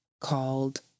called